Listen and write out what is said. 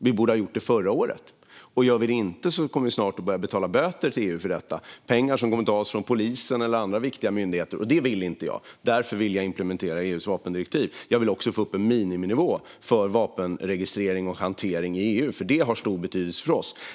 Vi borde ha gjort det redan förra året, och gör vi det inte så kommer vi att snart att börja betala böter till EU för detta - pengar som kommer att tas från polisen eller andra viktiga myndigheter. Det vill inte jag, och därför vill jag implementera EU:s vapendirektiv. Jag vill också få upp en miniminivå för vapenregistrering och hantering i EU, för det har stor betydelse för oss.